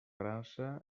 frança